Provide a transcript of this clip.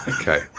Okay